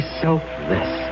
selfless